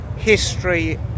history